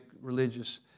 religious